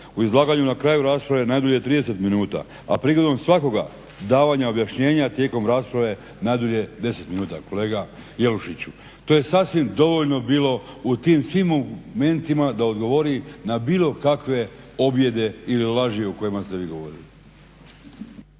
u izlaganju na kraju rasprave najdulje 30 minuta, a prigodom svakoga davanja objašnjenja tijekom rasprave najdulje 10 minuta, kolega Jelušiću. To je sasvim dovoljno bilo u tim svim momentima da odgovori na bilo kakve objede ili laži o kojima ste vi govorili.